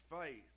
faith